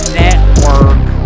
network